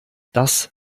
das